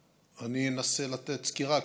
אנסה לתת סקירה,